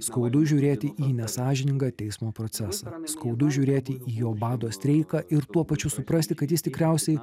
skaudu žiūrėti į nesąžiningą teismo procesą skaudu žiūrėti į jo bado streiką ir tuo pačiu suprasti kad jis tikriausiai